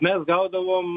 mes gaudavom